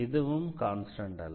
இதுவும் கான்ஸ்டண்ட் அல்ல